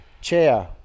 chair